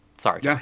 Sorry